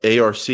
Arc